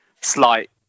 slight